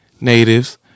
natives